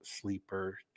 Sleeper